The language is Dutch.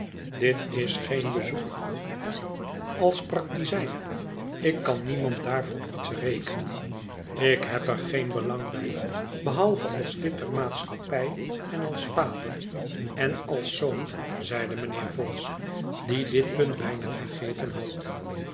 dit is geen bezoek als praktizijn ik kan niemand daarvoor iets rekenen ik heb er geen belang bij behalve als lid der maatschappij en als vader en als zoon zeide mijnheer vholes die dit punt bijna vergeten had